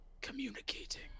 communicating